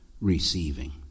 receiving